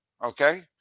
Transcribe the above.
Okay